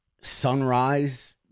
sunrise